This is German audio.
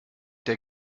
der